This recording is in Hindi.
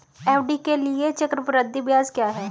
एफ.डी के लिए चक्रवृद्धि ब्याज क्या है?